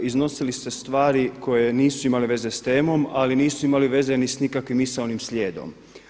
Iznosili ste stvari koje nisu imale veze s temom, ali nisu imale veze ni s nikakvim misaonim slijedom.